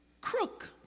crook